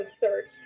search